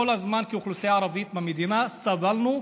כאוכלוסייה ערבית במדינה אנחנו כל הזמן סבלנו.